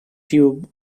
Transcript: tube